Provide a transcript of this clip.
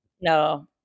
No